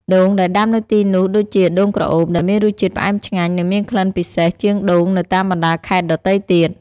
ដូងដែលដាំនៅទីនោះដូចជា ដូងក្រអូប ដែលមានរសជាតិផ្អែមឆ្ងាញ់ និងមានក្លិនពិសេសជាងដូងនៅតាមបណ្ដាខេត្តដទៃទៀត។